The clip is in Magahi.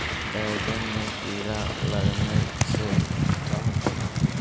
बैंगन में कीड़े लगने से का होता है?